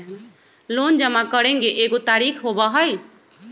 Loan जमा करेंगे एगो तारीक होबहई?